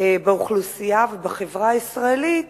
באוכלוסייה ובחברה הישראלית